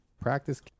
practice